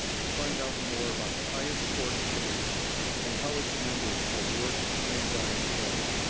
to find out more about the highest court in the land and how its members have worked and dined together.